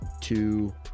two